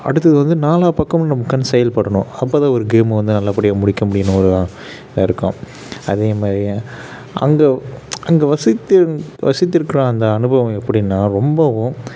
அடுத்தது வந்து நாளா பக்கமும் நம் கண் செயல்படணும் அப்போதான் ஒரு கேம் வந்து நல்லபடியாக முடிக்க முடியுன்னு ஒரு இருக்கும் அதேமாதிரியே அங்கே அங்கே வசித்து வசித்து இருக்கிற அந்த அனுபவம் எப்படின்னா ரொம்பவும்